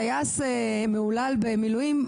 טייס מהולל במילואים,